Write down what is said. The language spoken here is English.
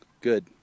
Good